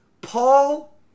Paul